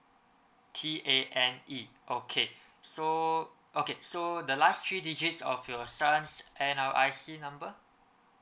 T A N E okay so okay so the last three digits of your sons N_R_I_C number